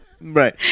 Right